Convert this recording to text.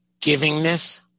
givingness